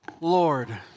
Lord